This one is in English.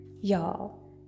y'all